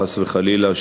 חס וחלילה,